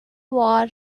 war